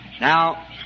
Now